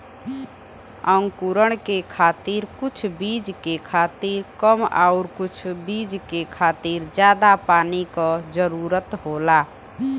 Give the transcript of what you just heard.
अंकुरण के खातिर कुछ बीज के खातिर कम आउर कुछ बीज के खातिर जादा पानी क जरूरत होला